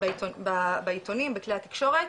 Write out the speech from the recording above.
בעיתונים בכלי התקשורת